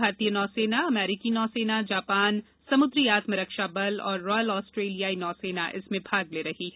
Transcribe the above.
भारतीय नौसेना अमरीकी नौसेना जापान समुद्री आत्म रक्षा बल और रॉयल ऑस्ट्रेलियाई नौसेना इसमें भाग ले रही है